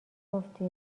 گفتی